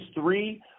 three